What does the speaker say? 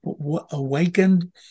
awakened